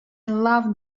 loved